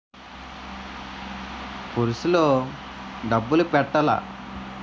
Purse లో డబ్బులు పెట్టలా?